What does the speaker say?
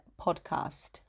podcast